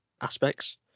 aspects